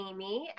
Amy